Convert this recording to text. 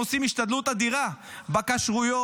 אומרים שעושים השתדלות אדירה בכשרויות,